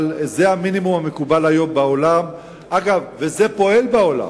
אבל זה המינימום המקובל היום בעולם וזה פועל בעולם.